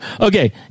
Okay